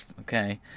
Okay